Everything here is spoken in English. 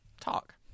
talk